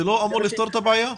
זה לא אמור לפתור את הבעיה?